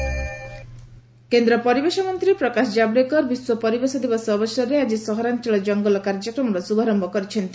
ପରିବେଶ ଦିବସ କେନ୍ଦ୍ର ପରିବେଶ ମନ୍ତ୍ରୀ ପ୍ରକାଶ ଜାଭେଡକର ବିଶ୍ୱ ପରିବେଶ ଦିବସ ଅବସରରେ ଆଜି ସହରାଞ୍ଚଳ ଜଙ୍ଗଲ କାର୍ଯ୍ୟକ୍ରମର ଶୁଭାରମ୍ଭ କରିଛନ୍ତି